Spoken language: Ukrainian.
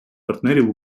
партнерів